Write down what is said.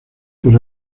por